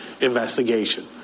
investigation